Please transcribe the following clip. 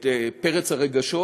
פרץ הרגשות